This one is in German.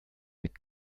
mit